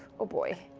oh boy.